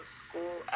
school